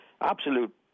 Absolute